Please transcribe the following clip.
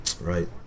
Right